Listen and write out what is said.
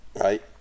right